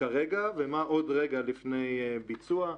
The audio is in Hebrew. כרגע ומה עוד רגע לפני ביצוע.